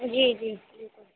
जी जी बिल्कुल